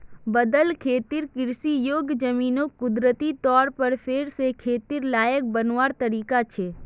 बदल खेतिर कृषि योग्य ज़मीनोक कुदरती तौर पर फेर से खेतिर लायक बनवार तरीका छे